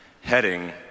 heading